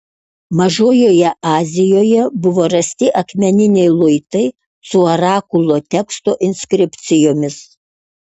mažojoje azijoje buvo rasti akmeniniai luitai su orakulo teksto inskripcijomis